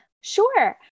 Sure